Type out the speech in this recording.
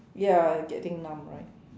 ya getting numb right